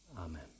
Amen